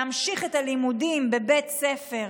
להמשיך את הלימודים בבית ספר,